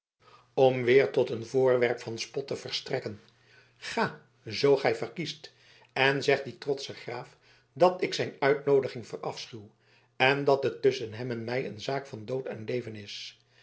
om weer tot een voorwerp van spot te verstrekken ga zoo gij verkiest en zeg dien trotschen graaf dat ik zijn uitnoodiging verafschuw en dat het tusschen hem en mij een zaak van dood en leven is